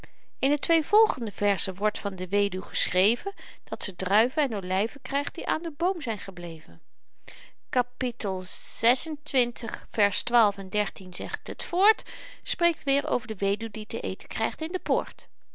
in de twee volgende verzen wordt van de weduw geschreven dat ze druiven en olyven krygt die aan den boom zyn gebleven kapittel het voort spreekt weêr over de weduw die te eten krygt in de poort